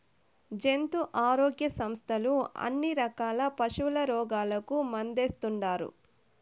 జంతు ఆరోగ్య సంస్థలు అన్ని రకాల పశుల రోగాలకు మందేస్తుండారు